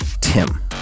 TIM